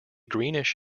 greenish